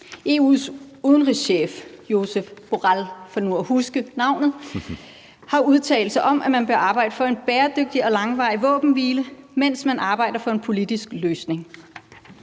EU's udenrigschef Josep Borrell Fontelles – for nu at huske navnet – har udtalt sig om, at man bør arbejde for en bæredygtig og langvarig våbenhvile, mens man arbejder for en politisk løsning.